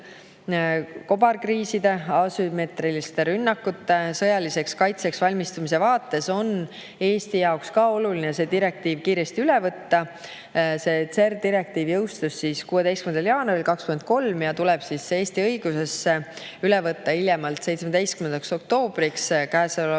Kobarkriiside, asümmeetriliste rünnakute ja sõjaliseks kaitseks valmistumise vaates on Eesti jaoks oluline see direktiiv kiiresti üle võtta. CER direktiiv jõustus 16. jaanuaril 2023 ja tuleb Eesti õigusesse üle võtta hiljemalt 17. oktoobriks käesoleval